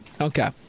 okay